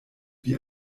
wie